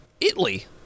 Italy